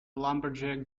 lumberjack